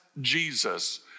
Jesus